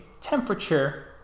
temperature